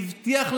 הבטיח להם: